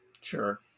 Sure